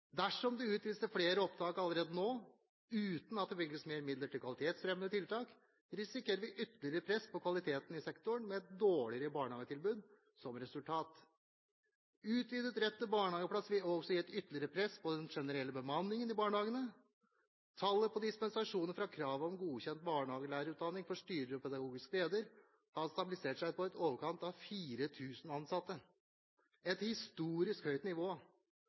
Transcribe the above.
Dersom det utvides til flere opptak allerede nå, uten at det bevilges mer midler til andre kvalitetsfremmende tiltak, risikerer vi ytterligere press på kvaliteten i sektoren med et dårligere barnehagetilbud som resultat. Utvidet rett til barnehageplass vil også gi et ytterligere press på den generelle bemanningen i barnehagene. Tallet på dispensasjoner fra kravet om godkjent barnehagelærerutdanning for styrer og pedagogisk leder har stabilisert seg på i overkant av 4 000 ansatte, et historisk høyt nivå.